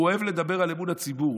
הוא אוהב לדבר על אמון הציבור.